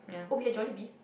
okay Jolibee